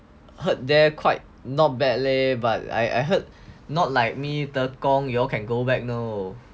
heard there quite not bad leh but I I heard not like me the tekong you all can go back know